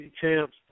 champs